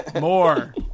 more